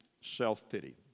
Self-pity